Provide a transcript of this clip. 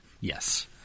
Yes